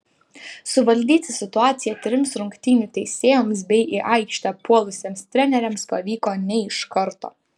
suvaldyti situaciją trims rungtynių teisėjoms bei į aikštę puolusiems treneriams pavyko ne iš karto